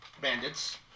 bandits